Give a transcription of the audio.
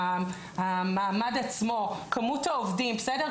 המעמד עצמו, כמות העובדים, בסדר?